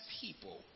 people